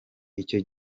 icyo